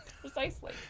precisely